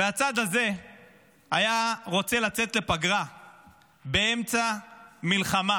והצד הזה היה רוצה לצאת לפגרה באמצע מלחמה,